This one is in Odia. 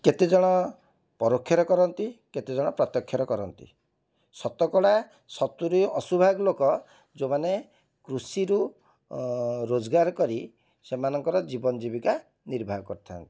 କେତେଜଣ ପରୋକ୍ଷରେ କରନ୍ତି କେତେଜଣ ପ୍ରତ୍ୟେକ୍ଷରେ କରନ୍ତି ଶତକଡ଼ା ସତୁରୀ ଅଶୀଭାଗ ଲୋକ ଯେଉଁମାନେ କୃଷିରୁ ରୋଜଗାର କରି ସେମାନଙ୍କର ଜୀବନ ଜୀବିକା ନିର୍ବାହ କରିଥାନ୍ତି